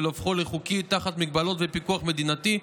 ולהפכו לחוקי תחת מגבלות ופיקוח מדינתי,